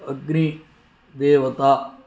अग्निदेवता